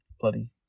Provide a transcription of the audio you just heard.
bloody